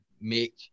make